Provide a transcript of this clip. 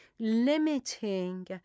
Limiting